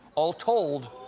all told,